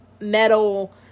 metal